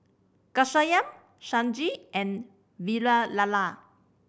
Ghanshyam Sanjeev and Vavilala